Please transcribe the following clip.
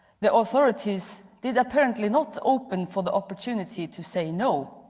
the authorities did apparently not open for the opportunity to say no.